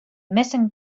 missing